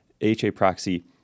HAProxy